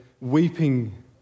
weeping